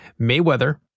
Mayweather